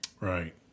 Right